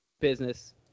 business